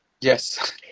yes